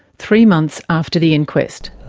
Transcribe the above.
three months after the inquest.